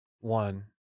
one